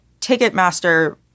Ticketmaster